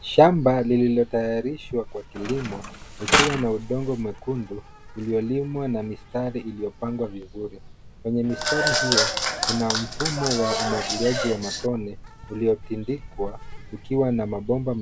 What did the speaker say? Shamba lililotayarishwa kwa kilimo likiwa na udongo mwekundu ukiwa umelimwa na mistari iliyopangwa vizuri. Kwenye mistari hiyo, una mfumo wa umwagiliaji wa matone uliotandikwa yakiwa na mabomba